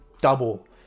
double